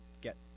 get